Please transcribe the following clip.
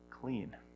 clean